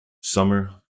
summer